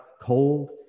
cold